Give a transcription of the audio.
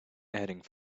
adding